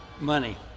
Money